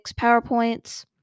PowerPoints